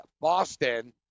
Boston